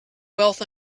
wealth